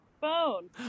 phone